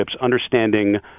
understanding